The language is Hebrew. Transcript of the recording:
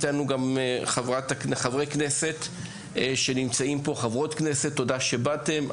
חברי וחברות הכנסת שנמצאים פה, תודה שבאתם.